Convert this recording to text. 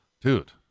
Dude